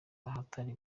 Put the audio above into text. ahatari